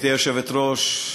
גברתי היושבת-ראש,